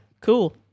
cool